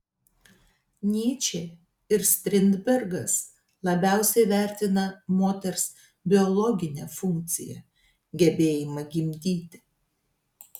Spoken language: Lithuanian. nyčė ir strindbergas labiausiai vertina moters biologinę funkciją gebėjimą gimdyti